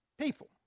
People